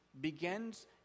begins